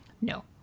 No